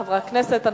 חברי הכנסת,